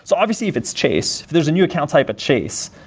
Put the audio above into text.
so obviously, if it's chase, if there's a new account type at chase,